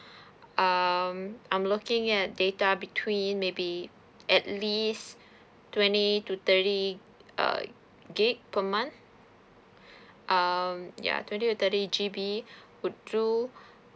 um I'm looking at data between maybe at least twenty to thirty uh gig per month um ya twenty to thirty G_B would do